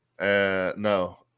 No